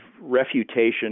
refutation